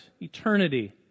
Eternity